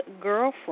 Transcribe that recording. girlfriend